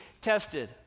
tested